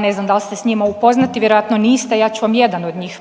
Ne znam da li ste s njima upoznati, vjerojatno niste, ja ću vam jedan od njih